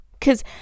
cause